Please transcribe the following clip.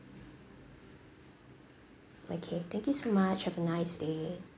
okay thank you so much have a nice day